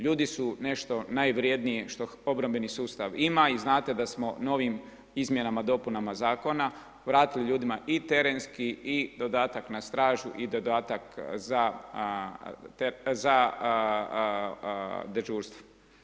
Ljudi su nešto najvrjednije što obrambeni sustav ima i znate da smo novim izmjenama, dopunama zakona vratili ljudima i terenski i dodatak na stražu i dodatak za dežurstvo.